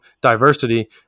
diversity